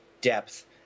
depth